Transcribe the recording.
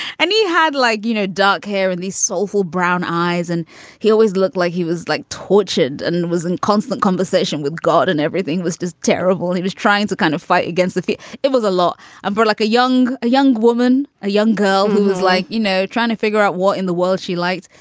and he had like, you know, dark hair and these soulful brown eyes, and he always looked like he was like tortured and was in constant conversation with god and everything was just terrible he was trying to kind of fight against the. it was a lot of but like a young a young woman, a young girl who was like, you know, trying to figure out what in the world she likes.